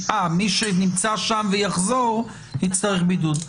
אה, מי שנמצא שם ויחזור, יצטרך בידוד.